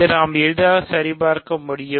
இதை நாம் எளிதாக சரி பார்க்க முடியும்